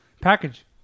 package